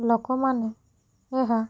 ଲୋକମାନେ ଏହା